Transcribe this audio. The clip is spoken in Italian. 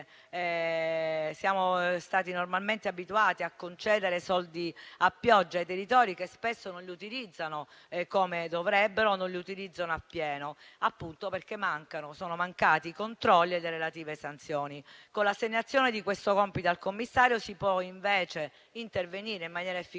siamo stati normalmente abituati a concedere soldi a pioggia ai territori che spesso non li utilizzano come dovrebbero o non li utilizzano appieno, perché sono mancati i controlli e le relative sanzioni. Con l'assegnazione di questo compito al commissario si può invece intervenire in maniera efficace